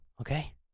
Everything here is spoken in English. Okay